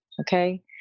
Okay